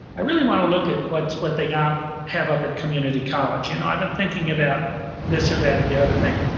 i really wanna look at what what they have up at community college. and i've been thinking about this or that or the other thing.